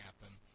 happen